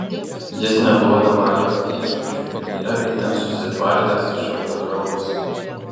jis neduoda valios įsiūčiui yra itin susitvardęs šaltakraujis